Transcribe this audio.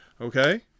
Okay